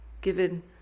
Given